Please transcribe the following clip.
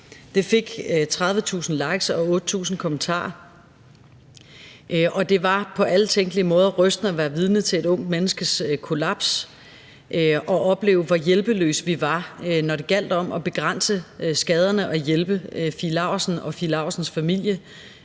Det fik 30.000 likes og 8.000 kommentarer, og det var på alle tænkelige måder rystende at være vidne til et ungt menneskes kollaps og opleve, hvor hjælpeløse vi var, når det gjaldt om at begrænse skaderne og hjælpe Fie Laursen og Fie Laursens familie,